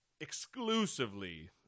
exclusively